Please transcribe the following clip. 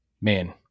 man